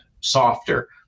softer